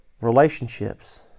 relationships